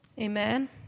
Amen